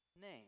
name